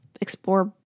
Explore